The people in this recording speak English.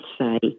say